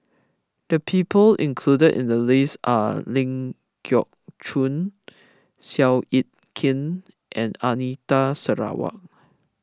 the people included in the list are Ling Geok Choon Seow Yit Kin and Anita Sarawak